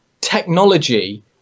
technology